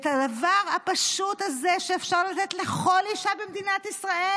את הדבר הפשוט הזה שאפשר לתת לכל אישה במדינת ישראל